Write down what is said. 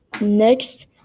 Next